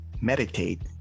meditate